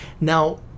Now